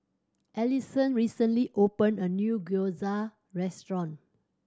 Allisson recently opened a new Gyoza Restaurant